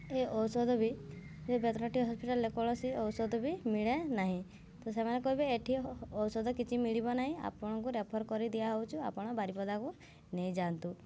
ଏ ଔଷଧ ବି ସେ ବେତନଟୀ ହସ୍ପିଟାଲ୍ରେ କୌଣସି ଔଷଧ ବି ମିଳେ ନାହିଁ ତ ସେମାନେ କହିବେ ଏଠି ଔଷଧ କିଛି ମିଳିବ ନାହିଁ ଆପଣଙ୍କୁ ରେଫର୍ କରି ଦିଆହେଉଛି ଆପଣ ବାରିପଦାକୁ ନେଇଯାଆନ୍ତୁ